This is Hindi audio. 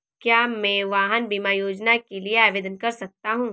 क्या मैं वाहन बीमा योजना के लिए आवेदन कर सकता हूँ?